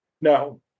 No